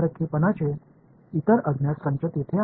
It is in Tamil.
அறியப்படாதவைகளின் தொகுப்புகள் உள்ளன